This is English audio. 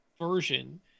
version